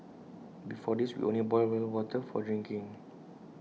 before this we would only boil well water for drinking